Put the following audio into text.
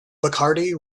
bacardi